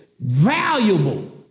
valuable